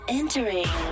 entering